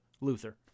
Luther